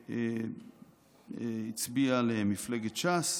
שהצביע למפלגת ש"ס.